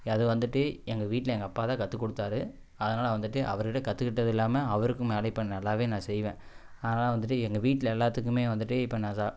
அது வந்துட்டு எங்கள் வீட்டில் எங்கள் அப்பா தான் கத்துக்குடுத்தாரு அதனால வந்துட்டு அவருக்கிட்ட கற்றுக்கிட்டது இல்லாமல் அவருக்கும் மேலே இப்போ நல்லாவே நா செய்வேன் அதனால் வந்துட்டு எங்கள் வீட்டில் எல்லாத்துக்குமே வந்துட்டு இப்போ நான் ச